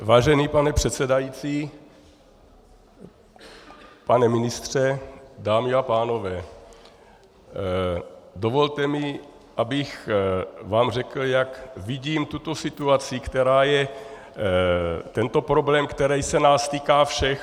Vážený pane předsedající, pane ministře, dámy a pánové, dovolte mi, abych vám řekl, jak vidím tuto situaci, tento problém, který se nás týká všech.